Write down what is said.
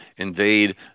invade